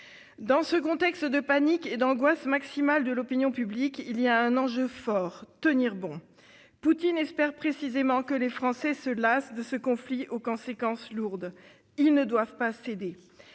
Dans ce contexte de panique et d'angoisse maximale de l'opinion publique, il y a un enjeu crucial : tenir bon. Poutine espère précisément que les Français se lassent de ce conflit aux conséquences lourdes. Ils ne doivent pas céder.